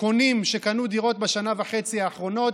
קונים שקנו דירות בשנה וחצי האחרונות,